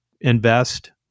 invest